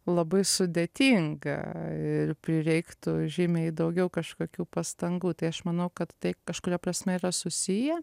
labai sudėtinga ir prireiktų žymiai daugiau kažkokių pastangų tai aš manau kad tai kažkuria prasme yra susiję